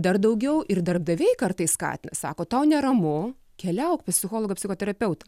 dar daugiau ir darbdaviai kartais skatina sako tau neramu keliauk pas psichologą psichoterapeutą